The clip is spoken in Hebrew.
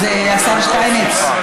השר שטייניץ,